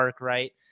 right